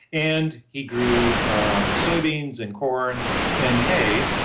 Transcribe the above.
and he grew um soybeans and corn and hay,